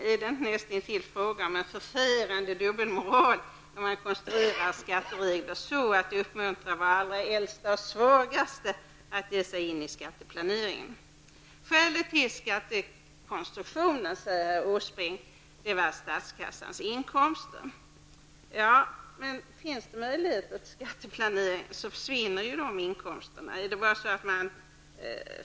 Är det inte nästintill en förfärande dubbelmoral att konstruera skatteregler som uppmuntrar våra allra äldsta och svagaste att ge sig in i skatteplanering? Herr Åsbrink säger att skälet till skattekonstruktionen är inkomsterna till statskassan. Men om det finns möjligheter till skatteplanering försvinner de inkomsterna.